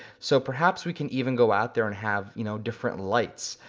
so perhaps we can even go out there and have you know different lights.